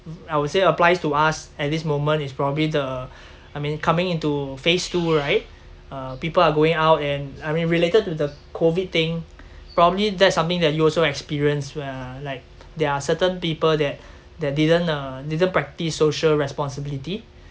I would say applies to us at this moment is probably the I mean coming into phase two right uh people are going out and I mean related to the COVID thing probably that's something that you also experience where like there are certain people that that didn't ah didn't practise social responsibility